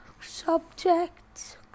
subjects